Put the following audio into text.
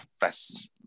best